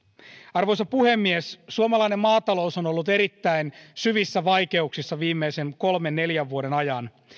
arvoisa puhemies suomalainen maatalous on ollut erittäin syvissä vaikeuksissa viimeisen kolmen neljän vuoden ajan